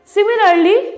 Similarly